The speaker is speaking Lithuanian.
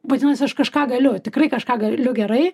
vadinasi aš kažką galiu tikrai kažką galiu gerai